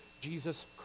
jesus